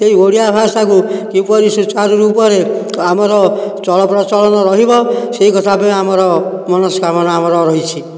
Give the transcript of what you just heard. ସେଇ ଓଡ଼ିଆଭାଷା କୁ କିପରି ସୂଚାରୁ ରୂପରେ ଆମର ଚଳ ପ୍ରଚଳନ ରହିବ ସେଇ କଥା ବି ଆମର ମନସ୍କାମନା ଆମର ରହିଛି